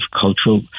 cultural